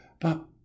But